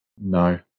No